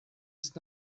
ist